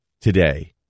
today